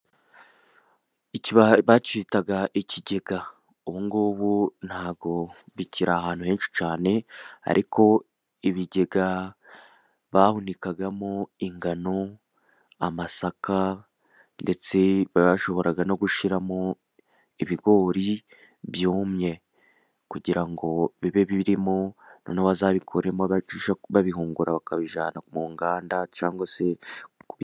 Iki bakitaga ikigega. ubungubu ntabwo bikiri ahantu henshi cyane， ariko ibigega bahunikagamo ingano， amasaka， ndetse bashoboraga no gushyiramo ibigori byumye， kugira ngo bibe birimo， noneho bazabikuremo babihungura，bakabijyana mu nganda cyangwa se..